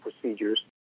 procedures